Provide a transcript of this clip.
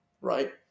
right